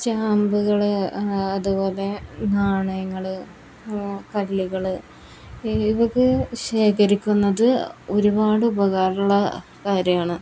സ്റ്റാമ്പുകൾ അതു പോലെ നാണയങ്ങൾ കല്ലുകൾ ഇവയൊക്കെ ശേഖരിക്കുന്നത് ഒരുപാട് ഉപകാരമുള്ള കാര്യമാണ്